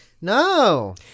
No